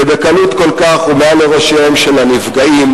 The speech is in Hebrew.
שבקלות כל כך ומעל לראשיהם של הנפגעים,